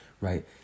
right